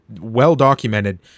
well-documented